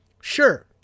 sure